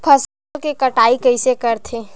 फसल के कटाई कइसे करथे?